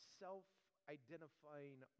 self-identifying